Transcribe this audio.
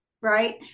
Right